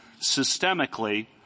systemically